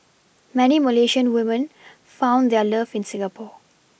many Malaysian women found their love in Singapore